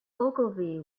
ogilvy